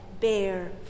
bear